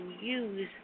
use